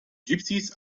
gypsies